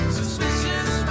suspicious